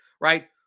right